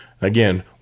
Again